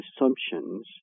assumptions